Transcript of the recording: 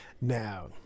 Now